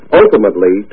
ultimately